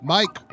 Mike